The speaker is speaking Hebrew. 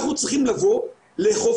אנחנו צריכים לבוא, לאכוף